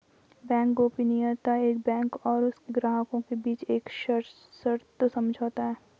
bank गोपनीयता एक बैंक और उसके ग्राहकों के बीच एक सशर्त समझौता है